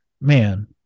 man